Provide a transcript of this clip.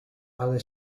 ale